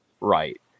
right